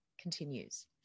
continues